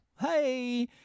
Hey